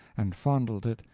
and fondled it,